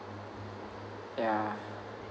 yeah